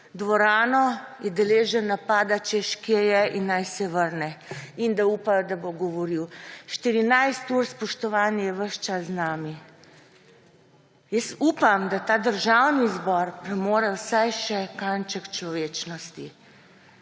dvorano, je deležen napada; češ, kje je in naj se vrne in da upajo, da bo govoril. 14 ur, spoštovani, je ves čas z nami. Upam, da ta državni zbor premore vsaj še kanček človečnosti.